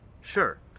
Sure